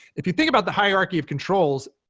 if you think about the hierarchy of controls,